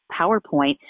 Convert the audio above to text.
PowerPoint